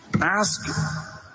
Ask